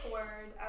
word